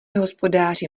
hospodáři